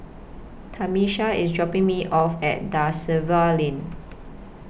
Tamisha IS dropping Me off At DA Silva Lane